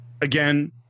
Again